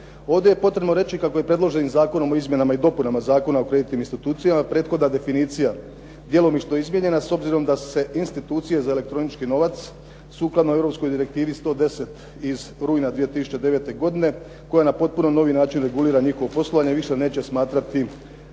Ovdje je potrebno reći kako je predloženim Zakonom o izmjenama i dopunama Zakona o kreditnim institucijama prethodna definicija djelomično izmijenjena s obzirom da se institucije za elektronički novac sukladno europskoj direktivi 110. iz rujna 2009. godine koja je na potpuno novi način regulira njihovo poslovanje više neće smatrati